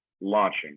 launching